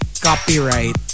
copyright